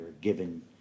given